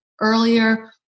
earlier